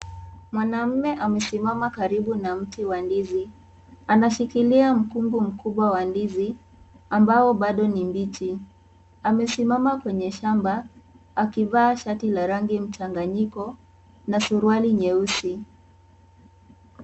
Mwanaume amesimama karibu na mti wa ndizi anashikilia mkungu mkubwa wa ndizi ambao bado ni mbichi amesimama kwa shamba akivaa shati la rangi mchanganyiko na suruali nyeusi